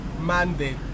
mandate